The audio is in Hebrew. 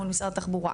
מול משרד התחבורה,